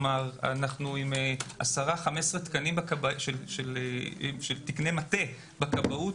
אנחנו עם 10-15 תקנים של תקני מטה בכבאות